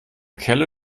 kelle